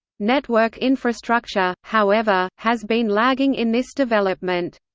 network infrastructure, however, has been lagging in this development.